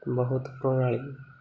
ବହୁତ ପ୍ରଣାଳୀ